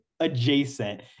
adjacent